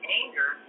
anger